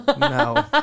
No